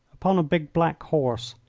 upon a big black horse,